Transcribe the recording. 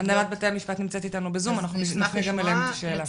הנהלת בתי המשפט נמצאת איתנו בזום אנחנו נשמח גם לשאול אותם את השאלה.